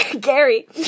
Gary